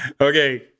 Okay